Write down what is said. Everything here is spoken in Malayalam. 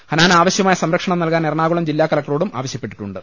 ഹനാന് ആവശ്യമായ സംരക്ഷണം നൽകാൻ എറണാകുളം ജില്ലാ കലക്ടറോടും ആ വശ്യപ്പെട്ടിട്ടുണ്ട്